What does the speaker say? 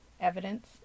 evidence